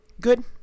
Good